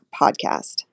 podcast